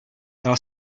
dal